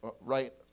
right